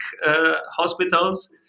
hospitals